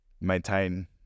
maintain